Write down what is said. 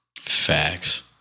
Facts